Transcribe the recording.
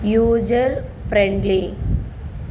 user friendly